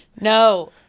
No